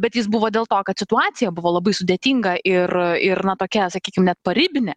bet jis buvo dėl to kad situacija buvo labai sudėtinga ir ir na tokia sakykim net paribinė